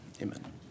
amen